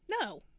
no